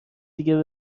دیگه